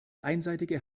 einseitige